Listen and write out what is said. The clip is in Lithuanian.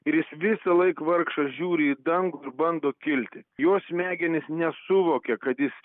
ir jis visąlaik vargšas žiūri į dangų ir bando kilti jo smegenys nesuvokia kad jis